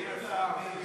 אדוני השר,